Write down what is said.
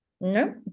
No